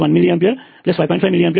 5mA 3